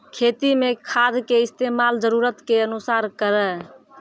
खेती मे खाद के इस्तेमाल जरूरत के अनुसार करऽ